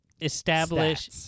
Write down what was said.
establish